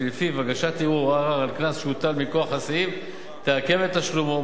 שלפיו הגשת ערעור או ערר על קנס שהוטל מכוח הסעיף תעכב את תשלומו,